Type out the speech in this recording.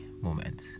Moment